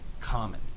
common